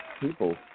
people